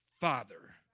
father